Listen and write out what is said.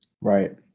Right